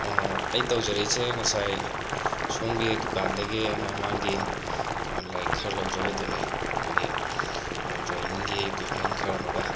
ꯑꯩ ꯇꯧꯖꯔꯛꯏꯁꯦ ꯉꯁꯥꯏ ꯁꯣꯝꯒꯤ ꯗꯨꯀꯥꯟꯗꯒꯤ ꯑꯩꯅ ꯑꯉꯥꯡꯒꯤ ꯂꯥꯏꯔꯤꯛ ꯈꯔ ꯂꯧꯖꯕꯗꯨꯅꯦ ꯃꯥꯒꯤ ꯗ꯭ꯔꯣꯋꯤꯡꯒꯤ ꯀ꯭ꯂꯤꯞꯦꯟ ꯈꯔꯃꯒ